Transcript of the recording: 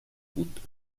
بود